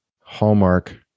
hallmark